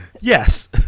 yes